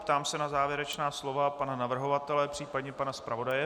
Ptám se na závěrečná slova pana navrhovatele, případně pana zpravodaje.